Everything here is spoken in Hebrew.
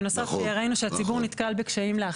בנוסף, ראינו שהציבור נתקל בקשיים להחזיר.